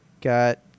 got